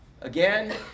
again